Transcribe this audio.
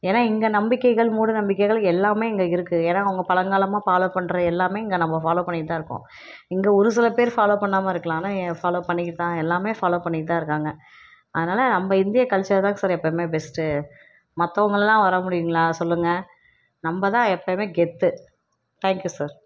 ஏன்னா இங்கே நம்பிக்கைகள் மூட நம்பிக்கைகள் எல்லாமே இங்கே இருக்குது ஏன்னா அவங்க பழங்காலமாக ஃபாலோ பண்ணுற எல்லாமே இங்கே நம்ம ஃபாலோ பண்ணிகிட்டுத்தான் இருக்கோம் இங்கே ஒரு சில பேர் ஃபாலோ பண்ணாமல் இருக்கலாம் ஆனால் ஏன் ஃபாலோ பண்ணிக்கிட்டு தான் எல்லாமே ஃபாலோ பண்ணிகிட்டு தான் இருக்காங்க அதனால் நம்ம இந்திய கல்ச்சர் தாங்க சார் எப்போவுமே பெஸ்ட்டு மற்றவங்கள்லாம் வர முடியுங்களா சொல்லுங்க நம்மதான் எப்பவுமே கெத்து தேங்க் யூ சார்